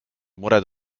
mured